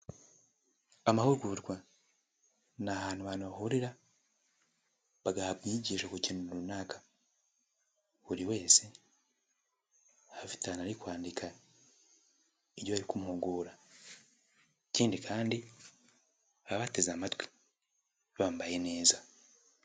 Amahugurwa ni ahantu abantu bahurira bagahabwa inyigisho ku kintu runaka, buri wese aba ahantu ari kwandika ibyo bari kumuhugura ikindi kandi ababateze amatwi bambaye neza.